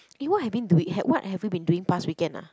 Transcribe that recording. eh what have been doing what have you been doing pass weekend ah